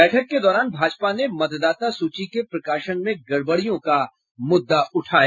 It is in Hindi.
बैठक के दौरान भाजपा ने मतदाता सूची के प्रकाशन में गड़बड़ियों का मुद्दा उठाया